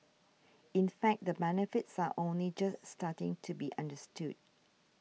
in fact the benefits are only just starting to be understood